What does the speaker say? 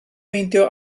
meindio